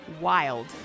Wild